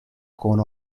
con